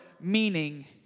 meaning